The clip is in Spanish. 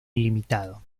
ilimitado